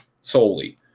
solely